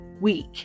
week